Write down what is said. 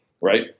right